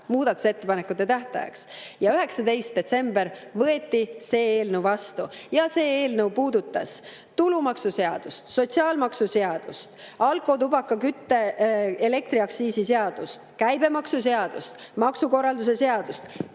muudatusettepanekute tähtajaks! – ja 19. detsembril võeti see eelnõu vastu. Ja see eelnõu puudutas tulumaksuseadust, sotsiaalmaksuseadust, alkoholi-, tubaka-, kütuse- ja elektriaktsiisi seadust, käibemaksuseadust, maksukorralduse seadust,